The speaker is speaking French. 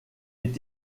est